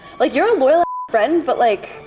like you're a loyal friend, but like